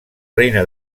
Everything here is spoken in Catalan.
reina